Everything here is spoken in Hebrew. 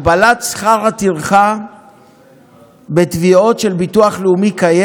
הגבלת שכר הטרחה בתביעות של ביטוח לאומי כבר